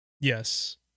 Yes